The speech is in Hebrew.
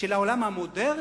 של העולם המודרני,